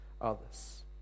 others